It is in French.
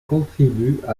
contribuent